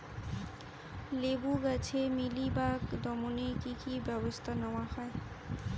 লেবু গাছে মিলিবাগ দমনে কী কী ব্যবস্থা নেওয়া হয়?